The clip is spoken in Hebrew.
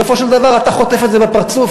בסופו של דבר אתה חוטף את